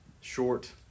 short